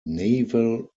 naval